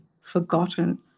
forgotten